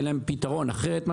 סגן שר החקלאות ופיתוח הכפר משה